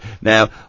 Now